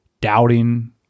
doubting